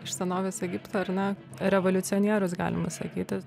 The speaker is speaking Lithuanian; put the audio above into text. iš senovės egipto ar ne revoliucionierius galima sakyti